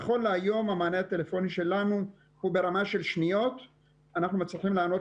נכון להיום המענה הטלפוני שלנו הוא שברמה של שניות אנחנו מצליחים לענות